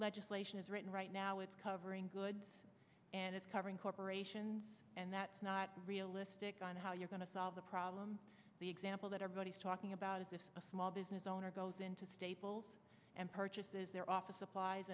legislation is written right now it's covering goods and it's covering corporations and that's not realistic you're going to solve the problem the example that everybody's talking about is if a small business owner goes into staples and purchases their office applies